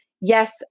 Yes